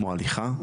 כמו הליכה,